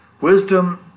Wisdom